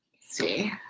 see